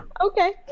Okay